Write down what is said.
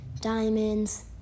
Diamonds